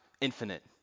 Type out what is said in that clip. infinite